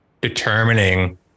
determining